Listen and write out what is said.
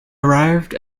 arrived